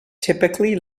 typically